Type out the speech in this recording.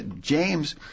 James